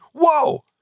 Whoa